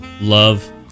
Love